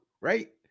right